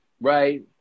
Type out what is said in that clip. right